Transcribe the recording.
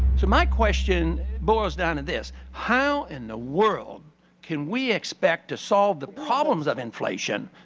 so, my question boils down to this how in the world can we expect to solve the problems of inflation?